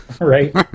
right